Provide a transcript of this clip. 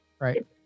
right